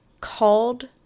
called